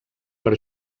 per